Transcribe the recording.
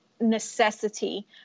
necessity